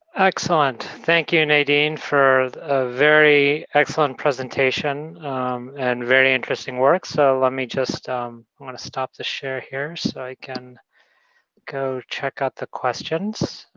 excellent. thank you, nadine, for a very excellent presentation and very interesting work. so let me just i'm going to stop to share here so i can go check out the questions.